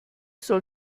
soll